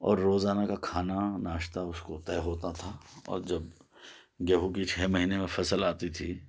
اور روزانہ کا کھانا ناشتہ اس کو طے ہوتا تھا اور جب گیہوں کی چھ مہینے میں فصل آتی تھی